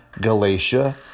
Galatia